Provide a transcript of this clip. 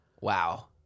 Wow